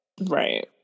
Right